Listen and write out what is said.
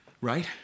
right